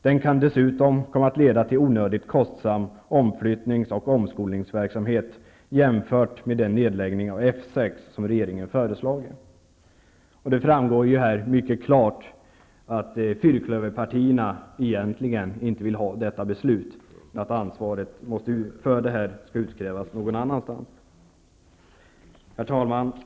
Den kan dessutom komma att leda till onödigt kostsam omflyttnings och omskolningverksamhet jämfört med den nedläggning av F 6 som regeringen föreslagit.'' Det framgår här mycket klart att fyrklöverpartierna egentligen inte vill ha detta beslut och att ansvaret för detta skall utkrävas någon annanstans. Herr talman!